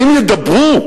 האם ידברו,